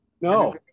no